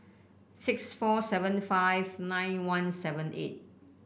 six four seven five nine one seven eight